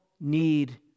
need